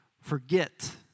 forget